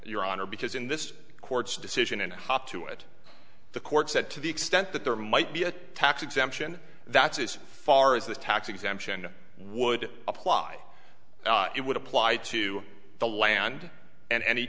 your honor because in this court's decision and hop to it the court said to the extent that there might be a tax exemption that's as far as the tax exemption would apply it would apply to the land and